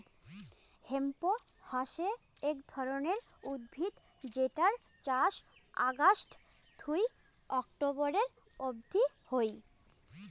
hemp হসে এক ধরণের উদ্ভিদ যেটার চাষ অগাস্ট থুই অক্টোবরের অব্দি হই